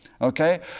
okay